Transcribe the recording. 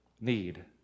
need